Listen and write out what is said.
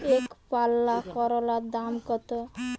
একপাল্লা করলার দাম কত?